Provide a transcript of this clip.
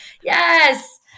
Yes